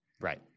Right